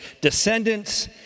descendants